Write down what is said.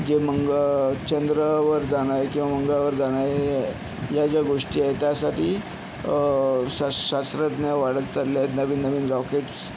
जे मंगळ चंद्रावर जाणारे किंवा मंगळावर जाणारे या ज्या गोष्टी आहेत त्यासाठी शास शास्त्रज्ञ वाढत चालले आहेत नवीन नवीन रॉकेट्स